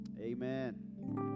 amen